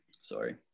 sorry